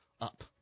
up